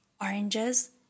oranges